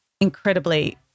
incredibly